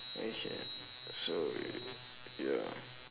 okay so y~ ya